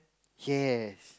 yes